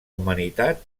humanitat